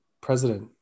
president